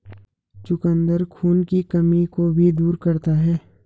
चुकंदर खून की कमी को भी दूर करता है